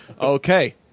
okay